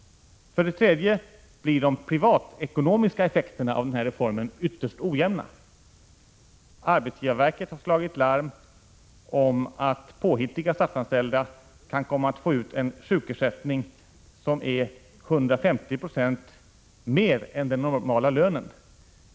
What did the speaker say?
För det tredje blir de privatekonomiska effekterna av reformen ytterst ojämna. Arbetsgivarverket har slagit larm om att påhittiga statsanställda kan komma att få ut en sjukersättning som är 150 20 mer än den normala lönen.